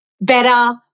better